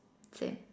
same